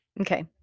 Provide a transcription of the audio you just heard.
Okay